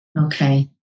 Okay